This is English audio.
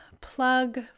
plug